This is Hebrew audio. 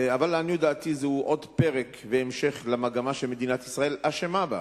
אבל לעניות דעתי זהו עוד פרק והמשך למגמה שמדינת ישראל אשמה בה,